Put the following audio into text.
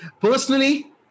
Personally